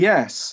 Yes